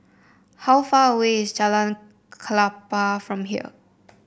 how far away is Jalan Klapa from here